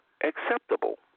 acceptable